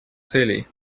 целей